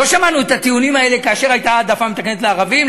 לא שמענו את הטיעונים האלה כאשר הייתה העדפה מתקנת לערבים,